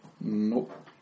Nope